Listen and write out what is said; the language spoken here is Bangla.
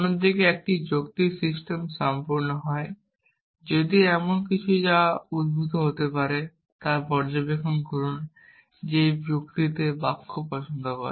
অন্য দিকে একটি যৌক্তিক সিস্টেম সম্পূর্ণ হয় যদি এমন কিছু যা উদ্ভূত হতে পারে তা পর্যবেক্ষণ করুন এটি একটি যুক্তিতে বাক্য পছন্দ করে